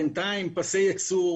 בינתיים פסי יצור